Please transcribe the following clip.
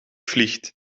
vliegt